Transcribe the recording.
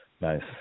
Nice